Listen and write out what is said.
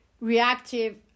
reactive